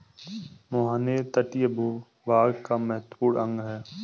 मुहाने तटीय भूभाग का महत्वपूर्ण अंग है